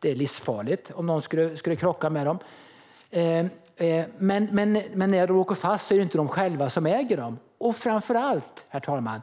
Det vore livsfarligt om någon skulle krocka med dem, men när förarna åker fast är det inte de själva som äger bilarna. Framför allt är det så, herr talman,